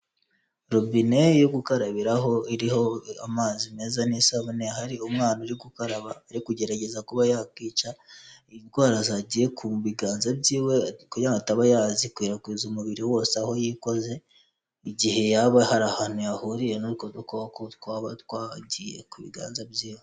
Robine yo gukarabiho iriho amazi meza n'isabune, hari umwana uri gukaraba ari kugerageza kuba ya kwica indwara zagiye ku biganza byiwe, kugira ngo ataba yazikwirakwiza umubiri wose, aho yikoze igihe yaba hari ahantu yahuriye n'utwo dukoko twaba twagiye ku biganza byiwe.